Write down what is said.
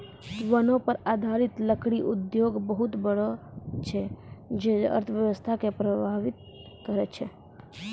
वनो पर आधारित लकड़ी उद्योग बहुत बड़ा छै जे अर्थव्यवस्था के प्रभावित करै छै